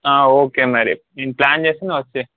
okay మరి నేను plan చేస్తాను నువ్వు వచ్చేయి